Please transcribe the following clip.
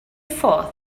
fourth